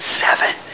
Seven